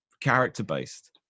character-based